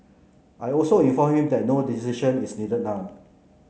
I also informed him that no decision is needed now